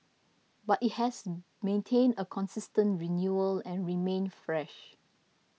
but it has maintained a consistent renewal and remained fresh